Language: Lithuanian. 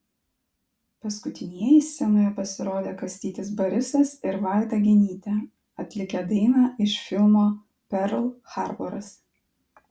paskutinieji scenoje pasirodė kastytis barisas ir vaida genytė atlikę dainą iš filmo perl harboras